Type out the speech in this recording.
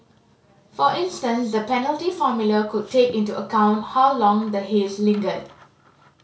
for instance the penalty formula could take into account how long the haze lingered